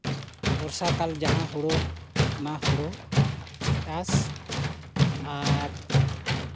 ᱵᱚᱨᱥᱟᱠᱟᱞ ᱡᱟᱦᱟᱸ ᱦᱩᱲᱩ ᱚᱱᱟ ᱦᱩᱲᱩ ᱪᱟᱥ ᱟᱨ